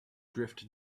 drift